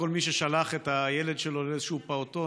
כל מי ששלח את הילד שלו לאיזשהו פעוטון,